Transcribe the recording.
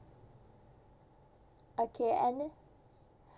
okay and